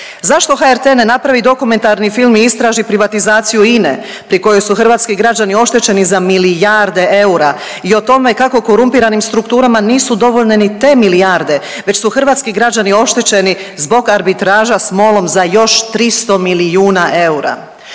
Zašto HRT ne napravi dokumentarni film i straži privatizaciju INE pri kojoj su hrvatski građani oštećeni za milijarde eura i o tome kako korumpiranim strukturama nisu dovoljne ni te milijarde već su hrvatski građani oštećeni zbog arbitraža s MOL-om za još 300 milijuna eura.